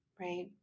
right